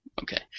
Okay